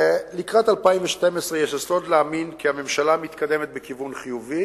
יש יסוד להאמין שהממשלה מתקדמת בכיוון חיובי